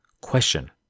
Question